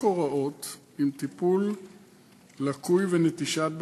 הוראות על טיפול לקוי ונטישת בעלי-חיים.